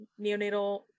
neonatal